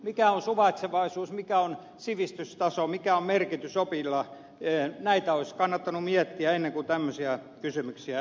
mikä on suvaitsevaisuus mikä on sivistystaso mikä on merkitys opilla näitä olisi kannattanut miettiä ennen kuin tämmöisiä kysymyksiä esitetään